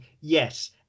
Yes